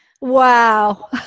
Wow